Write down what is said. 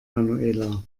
manuela